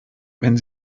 wenn